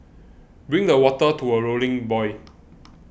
bring the water to a rolling boil